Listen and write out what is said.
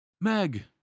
Meg